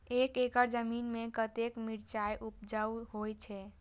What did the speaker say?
एक एकड़ जमीन में कतेक मिरचाय उपज होई छै?